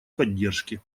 поддержки